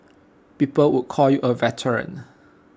people would call you A veteran